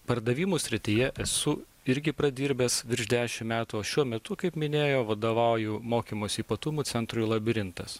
pardavimų srityje esu irgi pradirbęs virš dešimt metų šiuo metu kaip minėjo vadovauju mokymosi ypatumų centrui labirintas